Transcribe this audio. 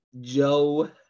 Joe